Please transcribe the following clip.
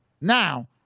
Now